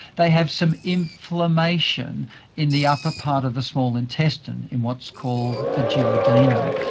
they have some inflammation in the upper part of the small intestinal in what's called the duodenum,